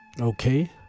okay